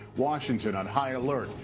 washington on high alert.